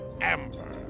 Amber